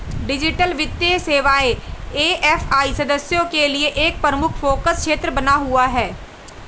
digital वित्तीय सेवाएं AFI सदस्यों के लिए एक प्रमुख फोकस क्षेत्र बना हुआ है